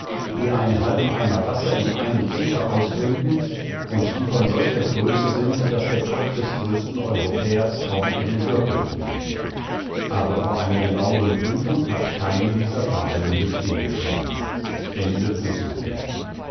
die einen halben eimer wasser in einem zuge austrinken und die von solcher größe sind daß der kopf des größten europäers kaum ihren gürtel berührt aber vor einer genaueren prüfung hat keine dieser fabeln bestehen können